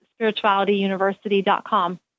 spiritualityuniversity.com